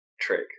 trick